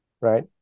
right